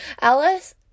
Alice